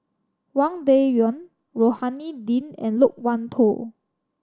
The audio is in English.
Wang Dayuan Rohani Din and Loke Wan Tho